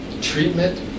Treatment